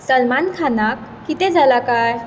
सलमान खानाक कितें जाला कांय